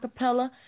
Acapella